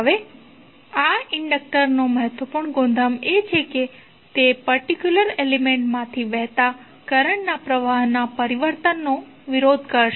હવે આ ઇન્ડક્ટરનો મહત્વપૂર્ણ ગુણધર્મ એ છે કે તે તે પર્ટિક્યુલર એલિમેન્ટ્ માથી વહેતા કરંટના પ્રવાહના પરિવર્તનનો વિરોધ કરશે